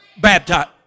baptized